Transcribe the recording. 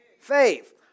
Faith